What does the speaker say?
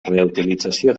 reutilització